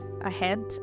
ahead